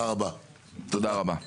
תודה רבה.